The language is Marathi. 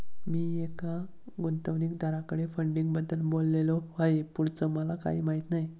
मी एका गुंतवणूकदाराकडे फंडिंगबद्दल बोललो आहे, पुढचं मला काही माहित नाही